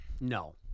No